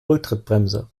rücktrittbremse